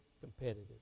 competitive